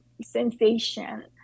sensation